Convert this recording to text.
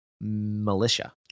militia